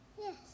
Yes